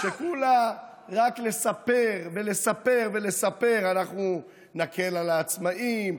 שכולה רק לספר ולספר ולספר: אנחנו נקל על העצמאים,